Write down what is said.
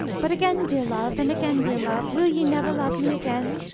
but again, dear love, and again, dear love, will ye never love me again?